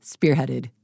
spearheaded